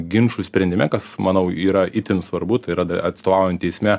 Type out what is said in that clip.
ginčų sprendime kas manau yra itin svarbu tai yra atstovaujant teisme